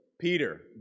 Peter